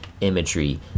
imagery